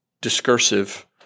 discursive